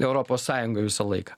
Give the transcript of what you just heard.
europos sąjungoj visą laiką